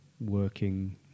working